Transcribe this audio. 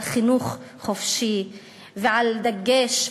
על חינוך חופשי ועל דגש,